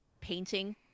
painting